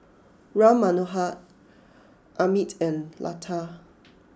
Ram Manohar Amit and Lata